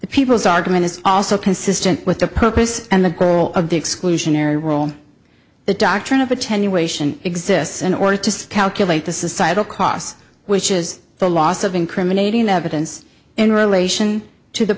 the people's argument is also consistent with the purpose and the goal of the exclusionary rule the doctrine of attenuation exists in order to calculate the societal cost which is the loss of incriminating evidence in relation to the